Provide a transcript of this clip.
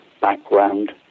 background